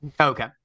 Okay